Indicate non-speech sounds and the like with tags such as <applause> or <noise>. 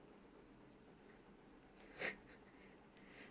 <laughs>